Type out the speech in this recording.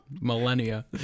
millennia